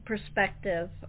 Perspective